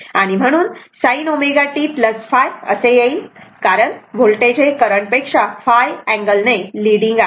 म्हणून हे sin ω t ϕ असे येईल कारण व्होल्टेज हे करंट पेक्षा ϕ अँगल ने लीडिंग आहे